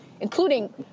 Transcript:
including